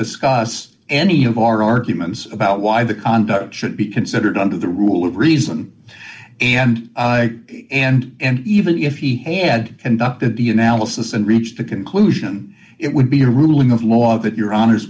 discuss any of our arguments about why the conduct should be considered under the rule of reason and and and even if he had the analysis and reached a conclusion it would be a ruling of law that your honors